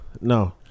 No